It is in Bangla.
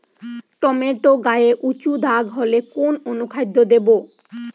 টমেটো গায়ে উচু দাগ হলে কোন অনুখাদ্য দেবো?